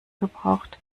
gebraucht